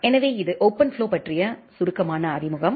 எனவே இது ஓபன்ஃப்ளோ பற்றிய சுருக்கமான அறிமுகம்